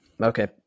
Okay